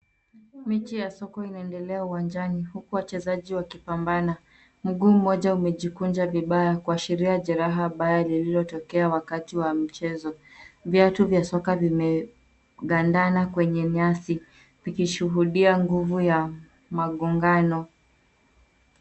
Mechi ya soka inaendelea uwanjani huku wachezaji wakipambana. Mguu moja umejikunja vibaya, kuashiria jereha baya lililotokea wakati wa mchezo. Viatu vya soka vimegandana kwenye nyasi vikishuhudia nguvu ya magongano.